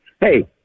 Hey